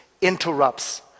interrupts